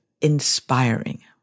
inspiring